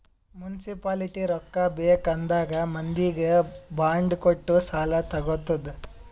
municipality ರೊಕ್ಕಾ ಬೇಕ್ ಆದಾಗ್ ಮಂದಿಗ್ ಬಾಂಡ್ ಕೊಟ್ಟು ಸಾಲಾ ತಗೊತ್ತುದ್